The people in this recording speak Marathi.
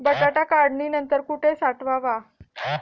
बटाटा काढणी नंतर कुठे साठवावा?